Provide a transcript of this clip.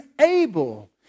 able